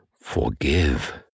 forgive